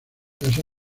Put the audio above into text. casa